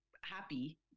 happy